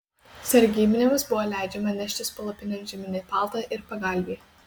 sargybiniams buvo leidžiama neštis palapinėn žieminį paltą ir pagalvį